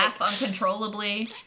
uncontrollably